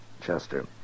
Chester